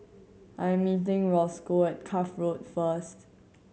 I'm meeting Rosco at Cuff Road first